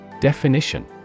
Definition